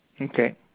Okay